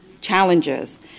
challenges